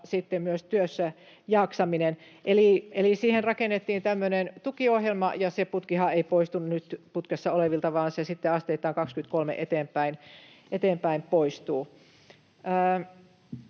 myös työssäjaksaminen. Eli siihen rakennettiin tämmöinen tukiohjelma, ja se putkihan ei poistu nyt putkessa olevilta, vaan se sitten asteittain vuodesta 23 eteenpäin poistuu.